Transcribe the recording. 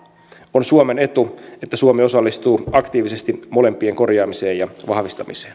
on suomen etu että suomi osallistuu aktiivisesti molempien korjaamiseen ja vahvistamiseen